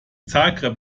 zagreb